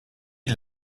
été